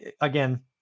Again